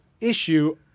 issue